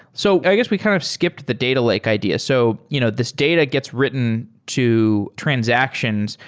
so i guess we kind of skipped the data lake idea. so you know this data gets written to transactions,